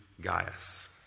Gaius